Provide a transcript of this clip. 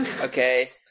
okay